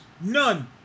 None